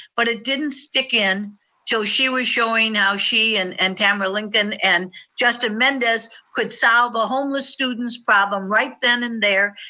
but it didn't stick in til she was showing how she and and tam willington and justin mendez could solve a homeless student's problem right then and there,